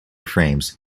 frames